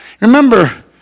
Remember